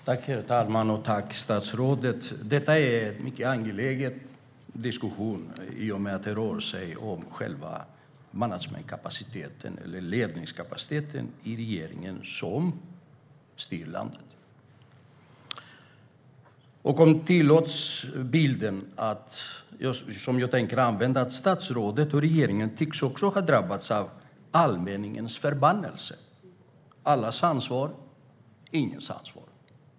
Herr talman! Jag tackar statsrådet. Detta är en mycket angelägen diskussion, i och med att det rör sig om själva ledningskapaciteten hos den regering som styr landet. Statsrådet och regeringen tycks ha drabbats av allmänningens förbannelse, om uttrycket tillåts.